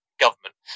Government